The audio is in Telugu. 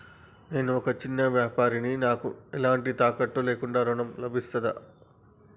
నేను ఒక చిన్న వ్యాపారిని నాకు ఎలాంటి తాకట్టు లేకుండా ఋణం లభిస్తదా?